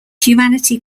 humanity